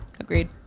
Agreed